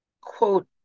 quote